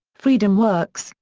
freedomworks,